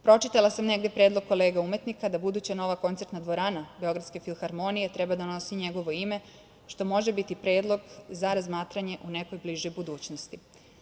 Pročitala sam negde predlog kolega umetnika da buduća nova koncertna dvorana Beogradske filharmonije treba da nosi njegovo ime, što može biti predlog za razmatranje u nekoj bližoj budućnosti.